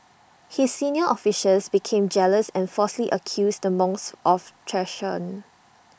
his senior officials became jealous and falsely accused the monks of treason